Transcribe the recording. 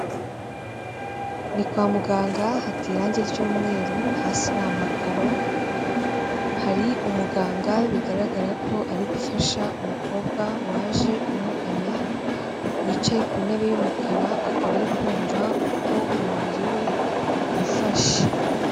Ni kwa muganga hateye irangi ry'umweru, hasi ni amakaro, hari umuganga bigaragara ko ari gufasha umukobwa waje umugana, wicaye ku ntebe y'umukara akaba ari kumva uko umubiri we wifashe.